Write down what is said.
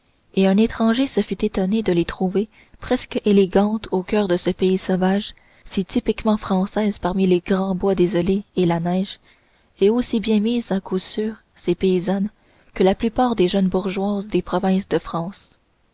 et un étranger se fût étonné de les trouver presque élégantes au coeur de ce pays sauvage si typiquement françaises parmi les grands bois désolés et la neige et aussi bien mises à coup sûr ces paysannes que la plupart des jeunes bourgeoises des provinces de france